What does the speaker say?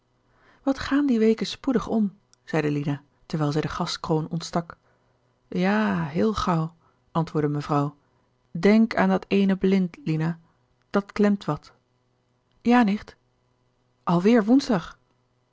wat gaan die weken spoedig om zeide lina terwijl zij de gaskroon ontstak ja heel gauw antwoorde mevrouw denk aan dat eene blind lina dat klemt wat ja nicht al weer woensdag